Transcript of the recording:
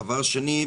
דבר שני,